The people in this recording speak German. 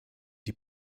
die